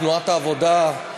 תנועת העבודה,